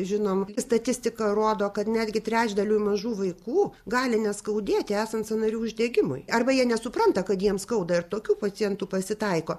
žinom statistika rodo kad netgi trečdaliui mažų vaikų gali neskaudėti esant sąnarių uždegimui arba jie nesupranta kad jiems skauda ir tokių pacientų pasitaiko